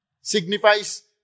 signifies